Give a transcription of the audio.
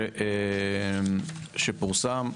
שפורסם.